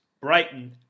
Brighton